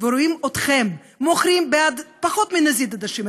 ורואים אתכם מוכרים בעד פחות מנזיד עדשים,